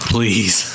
Please